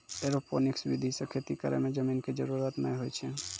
aeroponics विधि सॅ खेती करै मॅ जमीन के जरूरत नाय होय छै